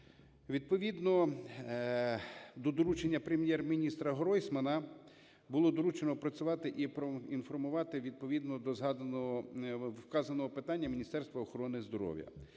Відповідно до доручення Прем'єр-міністра Гройсмана було доручено опрацювати і проінформувати відповідно до згаданого… вказаного питання Міністерство охорони здоров'я.